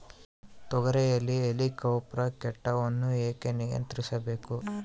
ತೋಗರಿಯಲ್ಲಿ ಹೇಲಿಕವರ್ಪ ಕೇಟವನ್ನು ಹೇಗೆ ನಿಯಂತ್ರಿಸಬೇಕು?